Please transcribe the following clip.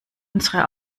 unsere